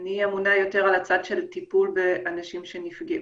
אני אמונה יותר על הצד של טיפול באנשים שנפגעו.